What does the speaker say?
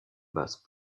base